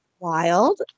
wild